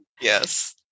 Yes